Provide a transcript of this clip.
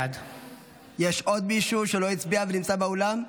בעד יש עוד מישהו שלא הצביע ונמצא באולם?